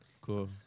Cool